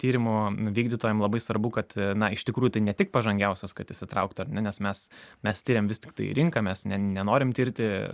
tyrimo vykdytojas labai svarbu kad na iš tikrųjų tai ne tik pažangiausios kad įsitrauktų ar ne nes mes mes tiriam vis tiktai rinką mes nenorim tirti